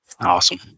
Awesome